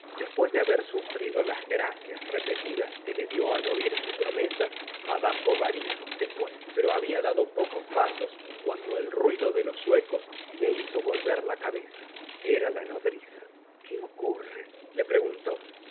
después de haber sufrido las gracias repetidas que le dió al oir su promesa madame bovary se fue pero habla dado pocos pasos cuando el ruido de los zuecos le hizo volver la cabeza era la nodriza que ocurre le preguntó